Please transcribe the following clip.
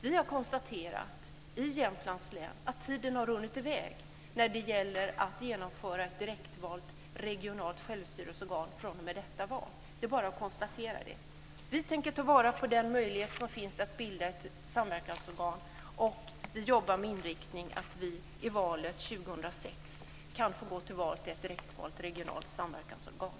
Vi har konstaterat i Jämtlands län att tiden har runnit i väg när det gäller att genomföra ett direktvalt regionalt självstyrelseorgan för detta val. Det är bara att konstatera det. Vi tänker ta vara på den möjlighet som finns att bilda ett samverkansorgan, och vi jobbar med inriktningen att vi i valet 2006 kan få gå till val till ett direktvalt regionalt samverkansorgan.